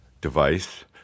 device